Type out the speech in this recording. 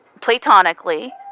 platonically